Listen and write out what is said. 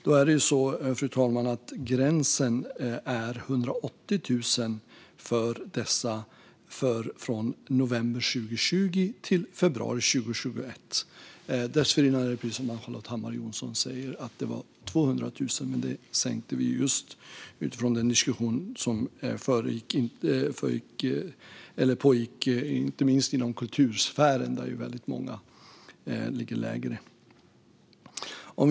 Men, fru talman, gränsen är 180 000 för dessa från november 2020 till februari 2021. Dessförinnan var gränsen 200 000, precis som Ann-Charlotte Hammar Johnsson säger, men den sänkte vi just på grund av den diskussion som pågick inom inte minst kultursfären där väldigt många ligger på en lägre nivå.